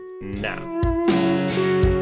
now